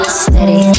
steady